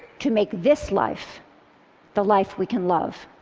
to make this life the life we can love.